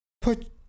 Put